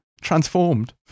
transformed